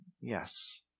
Yes